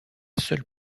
seule